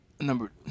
Number